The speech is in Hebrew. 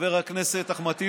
וחבר הכנסת אחמד טיבי,